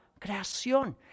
creación